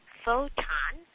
photon